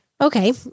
Okay